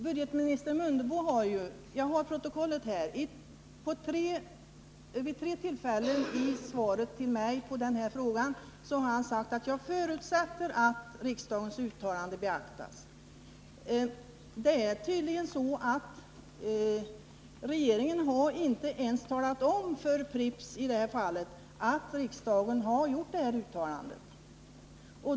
Budgetminister Mundebo har — jag har protokollet här — vid tre tillfällen i svar till mig på denna fråga sagt att han förutsätter att riksdagens uttalande beaktas. Tydligen har regeringen i detta fall inte ens talat om för Pripps att riksdagen har gjort detta uttalande.